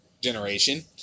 generation